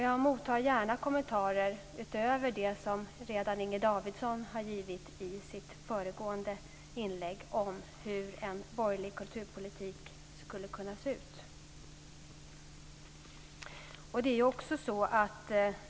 Jag mottar gärna kommentarer utöver de som Inger Davidson redan har givit i sitt föregående inlägg om hur en borgerlig kulturpolitik skulle kunna se ut.